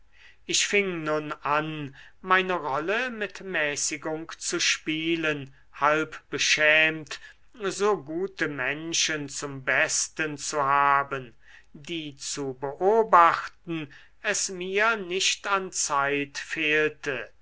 ich fing nun an meine rolle mit mäßigung zu spielen halb beschämt so gute menschen zum besten zu haben die zu beobachten es mir nicht an zeit fehlte